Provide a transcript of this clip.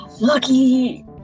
Lucky